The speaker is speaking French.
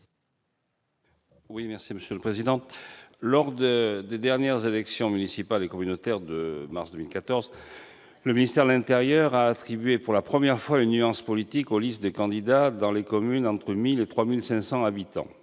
à M. Jean-Pierre Grand. Lors des dernières élections municipales et communautaires de mars 2014, le ministère de l'intérieur a attribué pour la première fois une nuance politique aux listes de candidats dans les communes comptant entre 1 000 et 3 500 habitants.